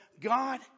God